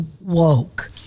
woke